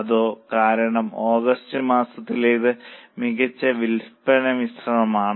അതെ കാരണം ഓഗസ്റ്റ് മാസത്തിലേത് മികച്ച വിൽപ്പന മിശ്രണമാണ്